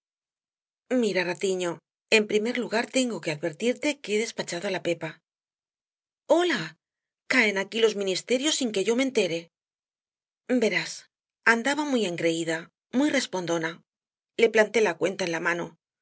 mira ratiño en primer lugar tengo que advertirte que he despachado á la pepa hola caen aquí los ministerios sin que me entere yo verás andaba muy engreída muy respondona le planté la cuenta en la mano